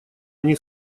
они